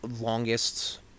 longest